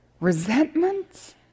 resentment